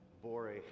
bore